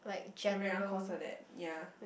everyone calls for that ya